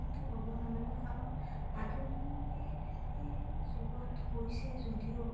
এইটো হ'ব নালাগে কাৰণ আধুনিক যুগত হৈছে যদিও